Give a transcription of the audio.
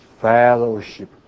fellowship